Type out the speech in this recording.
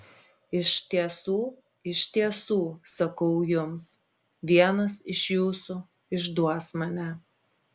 iš tiesų iš tiesų sakau jums vienas iš jūsų išduos mane